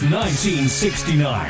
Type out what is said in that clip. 1969